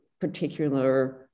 particular